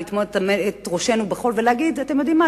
לטמון את ראשינו בחול ולהגיד: אתם יודעים מה?